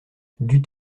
dût